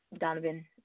Donovan